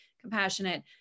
Compassionate